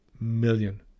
million